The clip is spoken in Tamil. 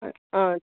ஆ ஆ